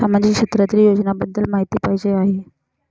सामाजिक क्षेत्रातील योजनाबद्दल माहिती पाहिजे आहे?